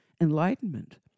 enlightenment